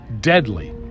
deadly